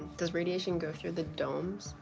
does radiation go through the domes?